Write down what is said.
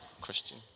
Christian